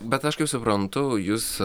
bet aš kaip suprantu jūs